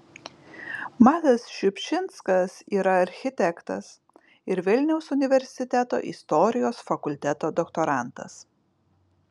matas šiupšinskas yra architektas ir vilniaus universiteto istorijos fakulteto doktorantas